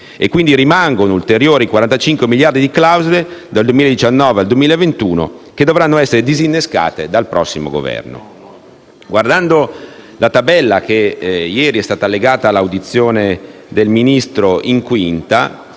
E, quindi, rimangono ulteriori 45 miliardi di clausole dal 2019 al 2021, che dovranno essere disinnescate dal prossimo Governo. Guardando la tabella allegata all'audizione di ieri del Ministro